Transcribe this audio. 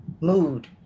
mood